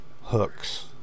hooks